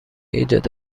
ایجاد